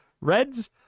Red's